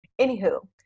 anywho